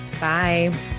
Bye